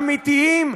אמיתיים,